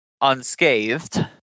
unscathed